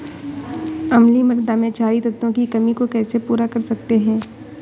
अम्लीय मृदा में क्षारीए तत्वों की कमी को कैसे पूरा कर सकते हैं?